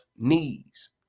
Knees